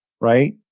right